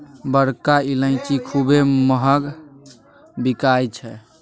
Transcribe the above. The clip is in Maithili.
बड़का ईलाइची खूबे महँग बिकाई छै